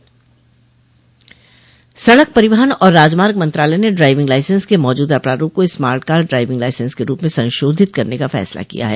सड़क परिवहन और राजमार्ग मंत्रालय ने ड्राइविंग लाइसेंस के मौजूदा प्रारूप को स्मार्ट कार्ड ड्राइविंग लाइसेंस के रूप में संशोधित करने का फैसला किया है